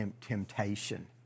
temptation